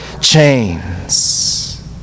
chains